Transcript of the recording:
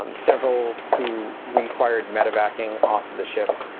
um several who required medevac ing off the ship.